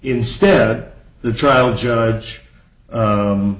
instead the trial judge